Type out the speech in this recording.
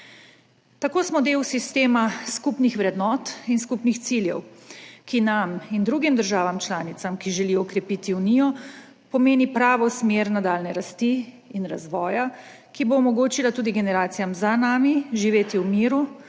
Tako smo del sistema skupnih vrednot in skupnih ciljev, ki nam in drugim državam članicam, ki želijo okrepiti Unijo, pomeni pravo smer nadaljnje rasti in razvoja, ki bo omogočila tudi generacijam za nami živeti v miru